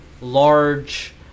large